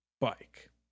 bike